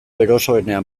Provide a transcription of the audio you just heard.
erosoenean